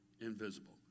invisible